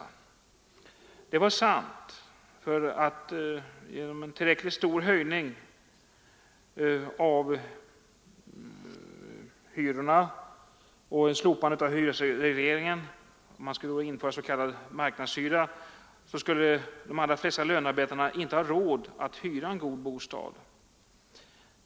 Detta var sant, för genom en tillräckligt stor hyreshöjning, genom slopandet av hyresregleringen och genom införande av marknadshyra skulle de allra flesta lönarbetarna inte ha råd att hyra en god bostad.